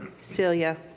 Celia